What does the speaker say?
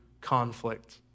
conflict